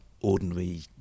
ordinary